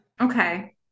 okay